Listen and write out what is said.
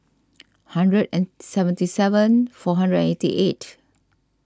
hundred seventy seven four hundred eighty eight